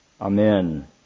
Amen